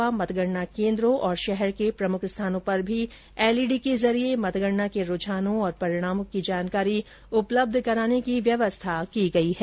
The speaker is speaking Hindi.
इसके अलावा मतगणना केंद्रों तथा शहर के प्रमुख स्थानों पर भी एलईडी के जरिए मतगणना के रुझानों और परिणामों की जानकारी उपलब्ध कराने की व्यवस्था की गयी है